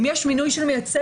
אם יש מינוי של מייצג,